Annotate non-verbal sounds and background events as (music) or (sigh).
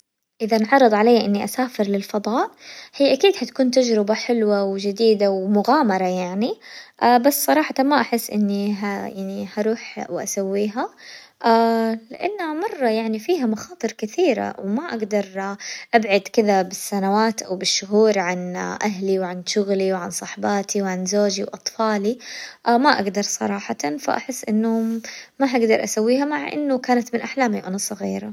إذا انعرض عليا إني أسافر للفضاء هي أكيد حتكون تجربة حلوة وجديدة ومغامرة يعني، (hesitation) بس صراحةً ما أحس إني ه- يعني حروح وأسويها، (hesitation) لأنها مرة فيها مخاطر كثيرة وما أقدر أبعد كذا بالسنوات أو بالشهور عن (hesitation) أهلي وعن شغلي وعن صحباتي وعن زوجي وأطفالي، (hesitation) ما أقدر صراحةً فأحس إنه ما حقدر أسويها مع إنه كانت من أحلامي وأنا صغيرة.